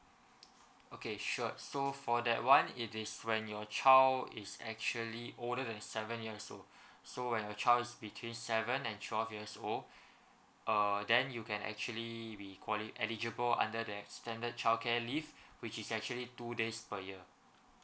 okay sure so for that one it is when your child is actually older than seven years old so when a child is between seven and twelve years old err then you can actually be quali~ eligible under the extended childcare leave which is actually two days per year